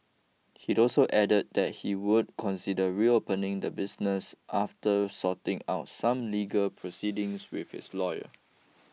he also added that he would consider reopening the business after sorting out some legal proceedings with his lawyer